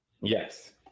yes